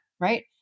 right